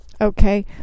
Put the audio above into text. Okay